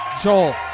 Joel